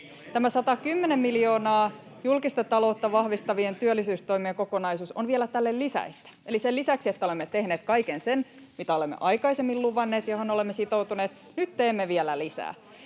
Tämä 110 miljoonan julkista taloutta vahvistavien työllisyystoimien kokonaisuus on vielä tälle lisäystä, eli sen lisäksi, että olemme tehneet kaiken sen, mitä olemme aikaisemmin luvanneet ja mihin olemme sitoutuneet, nyt teemme vielä lisää.